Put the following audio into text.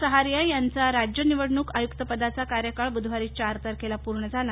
सहारिया यांचा राज्य निवडणूक आयुक्तपदाचा कार्यकाळ बुधवारी चार तारखेला पूर्ण झाला